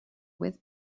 with